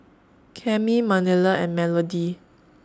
Cami Manilla and Melodie